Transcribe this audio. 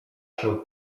się